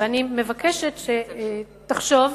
ואני מבקשת שתחשוב,